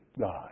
God